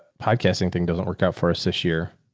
podcasting thing doesn't work out for us this year,